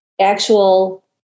actual